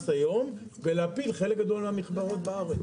היום ולהפיל חלק גדול מהמכוורות בארץ.